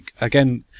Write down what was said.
Again